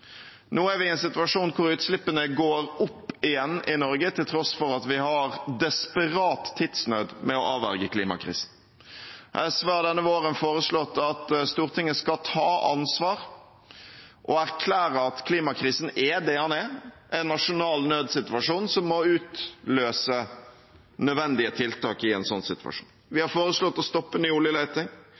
Nå er vi i en situasjon hvor utslippene går opp igjen i Norge, til tross for at vi har desperat tidsnød med å avverge klimakrisen. SV har denne våren foreslått at Stortinget skal ta ansvar og erklære at klimakrisen er det den er: en nasjonal nødssituasjon som må utløse nødvendige tiltak. Vi har foreslått å stoppe ny oljeleting,